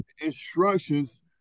instructions